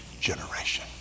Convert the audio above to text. generation